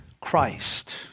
Christ